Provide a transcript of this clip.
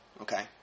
Okay